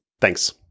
Thanks